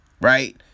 Right